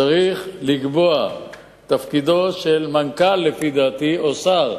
שצריך לקבוע שתפקידו של מנכ"ל, לפי דעתי, או שר,